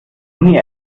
uni